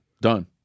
done